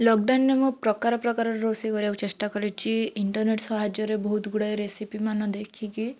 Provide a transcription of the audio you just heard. ଲକ୍ଡ଼ାଉନରେ ମୁଁ ପ୍ରକାର ପ୍ରକାରର ରୋଷେଇ କରିବାକୁ ଚେଷ୍ଟା କରିଛି ଇଣ୍ଟରନେଟ୍ ସାହାଯ୍ୟରେ ବହୁତ୍ ଗୁଡ଼ାଏ ରେସିପିମାନ ଦେଖିକି